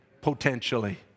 potentially